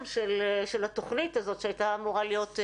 של התוכנית הזאת שהייתה אמורה להיות?